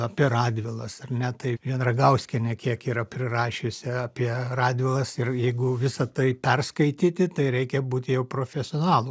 apie radvilas ar ne tai vien ragauskienė kiek yra prirašiusi apie radvilas ir jeigu visa tai perskaityti tai reikia būti jau profesionalu